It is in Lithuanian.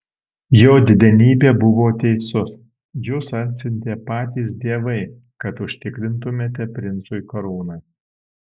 jo didenybė buvo teisus jus atsiuntė patys dievai kad užtikrintumėte princui karūną